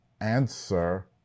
answer